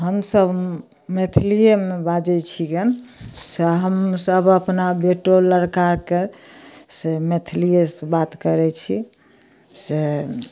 हमसब मैथलीएमे बाजै छियनि से हमसब अपना बेटो लड़काके से मैथलीए से बात करै छी से